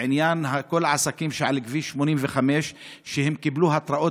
בעניין כל העסקים שעל כביש 85 שקיבלו התרעות